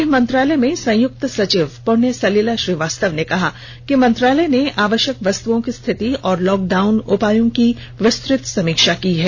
गृह मंत्रालय में संयुक्त सचिव पुण्य सलिला श्रीवास्तव ने कहा र्कि मंत्रालय ने आवश्यक वस्तुओं की स्थिति और लॉकडाउन उपायों की विस्तृत समीक्षा की है